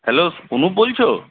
hello Pranab বলছ